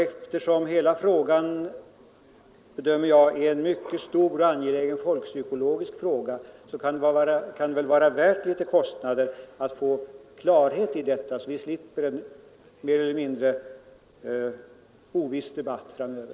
Eftersom jag bedömer att detta är en mycket stor folkpsykologisk fråga, kan det vara värt en del kostnader att få klarhet i detta, så att vi slipper en mer eller mindre oviss debatt framöver.